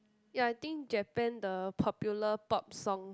ya I think Japan the popular pop song